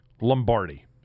Lombardi